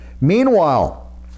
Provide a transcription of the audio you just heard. Meanwhile